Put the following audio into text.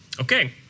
Okay